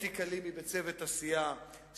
אתי קלימי בצוות הסיעה,